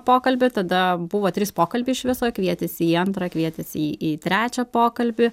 pokalbį tada buvo trys pokalbiai iš viso kvietėsi į antrą kvietėsi į į trečią pokalbį